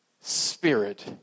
Spirit